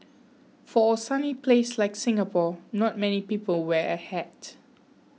for a sunny place like Singapore not many people wear a hat